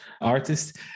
artist